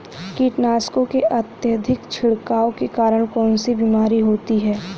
कीटनाशकों के अत्यधिक छिड़काव के कारण कौन सी बीमारी होती है?